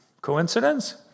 Coincidence